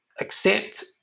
accept